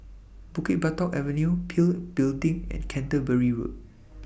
Bukit Batok Avenue PIL Building and Canterbury Road